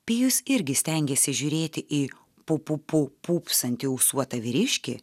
pijus irgi stengėsi žiūrėti į pu pu pu pūpsantį ūsuotą vyriškį